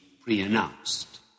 pre-announced